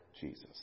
Jesus